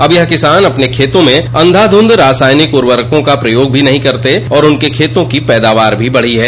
अब यह किसान अपने खेतों में अंधाध्रंध रासायनिक उर्वरकों का प्रयोग भी नहीं करते और उनके खेतों की पैदावार भी बढ़ी है